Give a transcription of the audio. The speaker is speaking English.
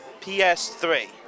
PS3